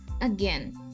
again